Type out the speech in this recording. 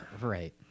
Right